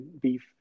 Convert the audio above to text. beef